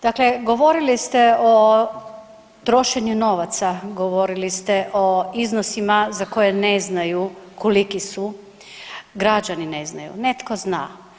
Dakle, govorili ste o trošenju novaca, govorili ste o iznosima za koje ne znaju koliki su, građani ne znaju, netko zna.